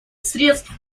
средств